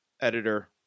editor